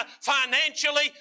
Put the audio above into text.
financially